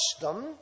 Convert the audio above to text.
custom